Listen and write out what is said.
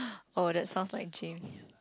oh that sounds like James